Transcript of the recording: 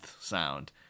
sound